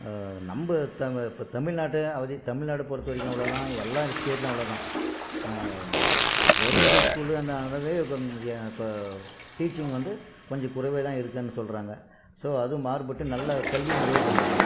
நம்ம தமிழ் இப்போ தமிழ்நாட்டை அவதி தமிழ்நாட்டை பொறுத்த வரைக்கும் அவ்வளோ தான் எல்லா ஸ்டேட்லேயும் அவ்வளோ தான் கவர்மெண்ட்டு ஸ்கூலுன்னானவே இப்போ டீச்சிங் வந்து கொஞ்சம் குறைவாக தான் இருக்கும்னு சொல்கிறாங்க ஸோ அதுவும் மாறுபட்டு நல்ல கல்வி முறையை கொண்டு வரணும்